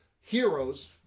heroes